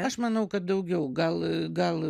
aš manau kad daugiau gal gal